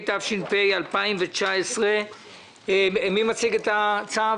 התש"ף 2019. מי מציג את הצו?